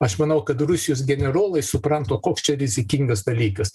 aš manau kad rusijos generolai supranta koks čia rizikingas dalykas